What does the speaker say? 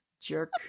jerk